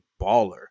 baller